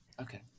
Okay